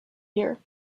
year